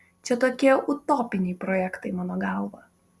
čia tokie utopiniai projektai mano galva